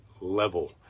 level